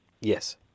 Yes